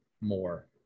more